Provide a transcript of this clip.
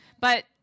But-